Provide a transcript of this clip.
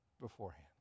beforehand